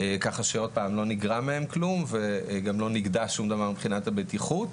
ככה שלא נגרע מהם כלום וגם לא נגדע שום דבר מבחינת הבטיחות.